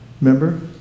Remember